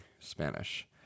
spanish